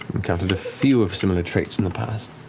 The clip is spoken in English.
encountered a few of similar traits in the past.